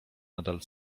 nadal